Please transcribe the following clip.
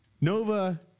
nova